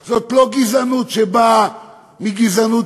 זאת לא גזענות שבאה מגזענות